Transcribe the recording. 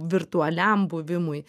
virtualiam buvimui